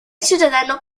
ciudadano